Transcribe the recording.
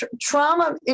trauma